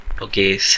okay